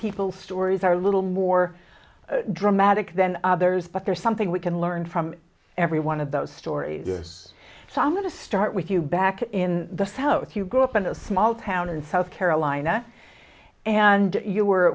people stories are little more dramatic than others but there's something we can learn from every one of those stories so i'm going to start with you back in the south you grew up in a small town in south carolina and you were